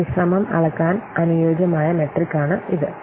അതിനാൽ പരിശ്രമം അളക്കാൻ അനുയോജ്യമായ മെട്രിക്കാണ് ഇത്